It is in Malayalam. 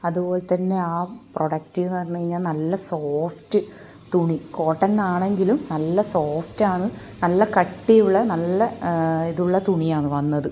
അതുപോലെത്തന്നെ ആ പ്രൊഡക്റ്റ്ന്നു പറഞ്ഞു കഴിഞ്ഞാൽ നല്ല സോഫ്റ്റ് തുണി കോട്ടൺ ആണെങ്കിലും നല്ല സോഫ്റ്റാണ് നല്ല കട്ടിയുള്ള നല്ല ഇതുള്ള തുണിയാന്ന് വന്നത്